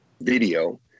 video